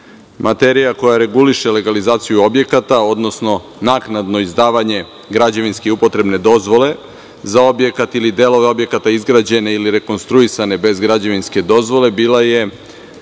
materija koja reguliše legalizaciju objekata, odnosno naknadno izdavanje građevinske i upotrebne dozvole za objekat ili delove objekata izgrađene ili rekonstruisane bez građevinske dozvole bila je